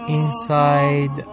inside